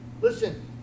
listen